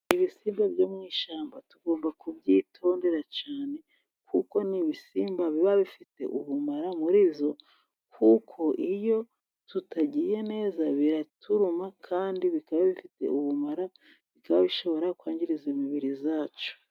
Ibisimba byo mu ishyamba tugomba kubyitondera cyane, kuko ni'ibisimba biba bifite ubumara muri byo, kuko iyo tutagiye neza biraturuma, kandi bikaba bifite ubumara, bikaba bishobora kwangiriza imibiri yacu.